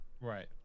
Right